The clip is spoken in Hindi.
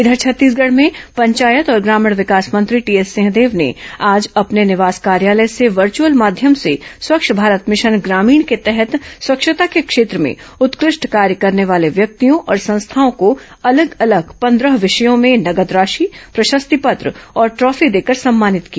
इधर छत्तीसगढ़ में पंचायत और ग्रामीण विकास मंत्री टीएस सिंहदेव ने आज अपने निवास कार्यालय से वर्चअल माध्यम से स्वच्छ भारत भिशन ग्रामीण के तहत स्वच्छता के क्षेत्र में उत्कृष्ट कार्य करने वाले व्यक्तियों और संस्थाओं को अलग अलग पंद्रह विषयों में नगद राशि प्रशस्ति पत्र और ट्रॉर्फी देकर सम्मानित किया